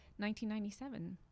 1997